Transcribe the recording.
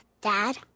Dad